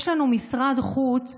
יש לנו משרד חוץ